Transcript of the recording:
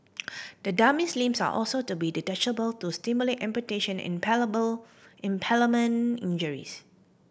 the dummy's limbs are also to be detachable to stimulate amputation and impalement injuries